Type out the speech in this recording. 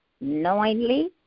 knowingly